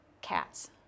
cats